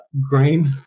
Green